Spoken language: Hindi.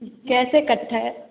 कैसे कट्ठ है